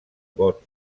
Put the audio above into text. vot